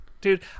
Dude